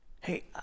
hey